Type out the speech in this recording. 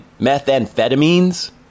methamphetamines